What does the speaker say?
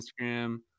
instagram